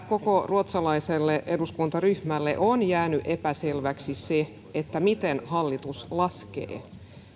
koko ruotsalaiselle eduskuntaryhmälle on jäänyt epäselväksi se miten hallitus sen laskee